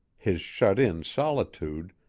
his shut-in solitude,